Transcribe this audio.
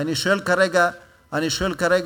אני שואל כרגע רק,